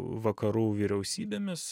vakarų vyriausybėmis